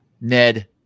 ned